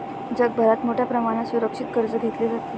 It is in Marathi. जगभरात मोठ्या प्रमाणात सुरक्षित कर्ज घेतले जाते